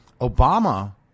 Obama